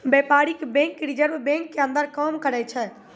व्यपारीक bank reserve bank के अंदर काम करै छै